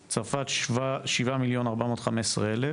צרפת: 7.415 מיליון,